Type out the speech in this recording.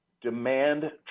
demand